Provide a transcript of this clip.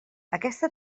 aquesta